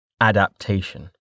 Adaptation